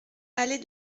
allée